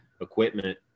equipment